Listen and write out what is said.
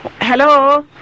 Hello